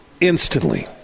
instantly